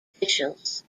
officials